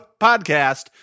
podcast